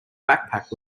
backpack